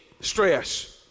stress